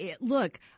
look